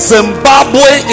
Zimbabwe